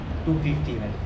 two fifty man